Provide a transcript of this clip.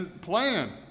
plan